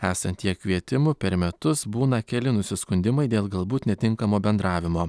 esant tiek kvietimų per metus būna keli nusiskundimai dėl galbūt netinkamo bendravimo